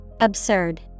Absurd